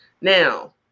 Now